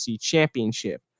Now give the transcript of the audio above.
championship